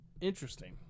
Interesting